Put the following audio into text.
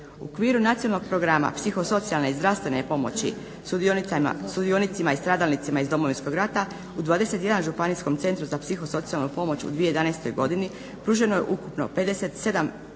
U okviru Nacionalnog programa psihosocijalne i zdravstvene pomoći sudionicima i stradalnicima iz Domovinskog rata u 21 županijskom centru za psihosocijalnu pomoć u 2011.godini pruženo je ukupno 57